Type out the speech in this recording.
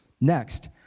Next